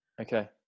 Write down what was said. Okay